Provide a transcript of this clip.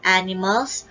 animals